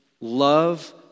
Love